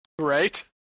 Right